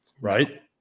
Right